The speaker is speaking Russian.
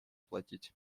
платить